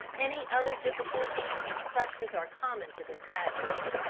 any other difficulties than such as are common to this passage.